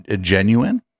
genuine